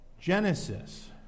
Genesis